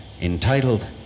entitled